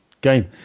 game